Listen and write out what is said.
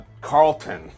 Carlton